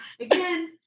again